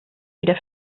wieder